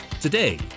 Today